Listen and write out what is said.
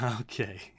Okay